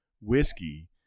whiskey